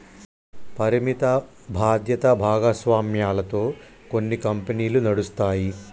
పరిమిత బాధ్యత భాగస్వామ్యాలతో కొన్ని కంపెనీలు నడుస్తాయి